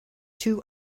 two